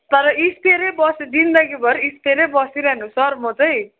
तर स्पेयर बसी जिन्दगीभर स्पेयर बसिरहनु सर म चाहिँ